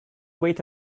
wait